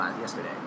Yesterday